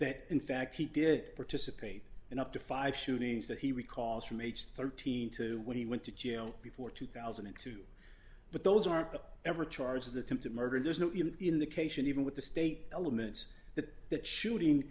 that in fact he did participate in up to five shootings that he recalls from age thirteen to when he went to jail before two thousand and two but those are the ever charged with attempted murder there's no indication even with the state elements that that shooting